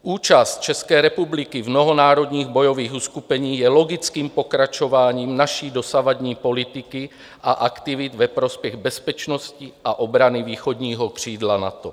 Účast České republiky v mnohonárodních bojových uskupení je logickým pokračováním naší dosavadní politiky a aktivit ve prospěch bezpečnosti a obrany východního křídla NATO.